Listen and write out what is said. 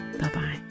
Bye-bye